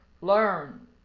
learn